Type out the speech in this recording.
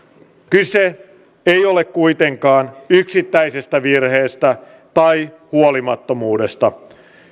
kyse ei kuitenkaan ole yksittäisestä virheestä tai huolimattomuudesta